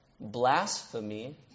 blasphemy